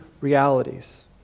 realities